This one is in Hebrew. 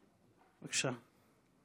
בבקשה.